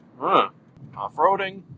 Off-roading